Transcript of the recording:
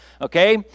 Okay